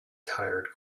tired